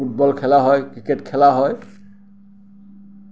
football খেলা হয় cricket খেলা হয়